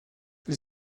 les